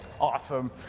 Awesome